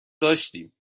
داشتیم